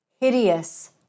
hideous